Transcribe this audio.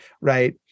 Right